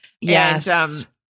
Yes